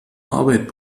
arbeit